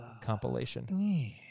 compilation